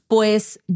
Pues